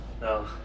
no